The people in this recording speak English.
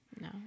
No